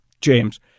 James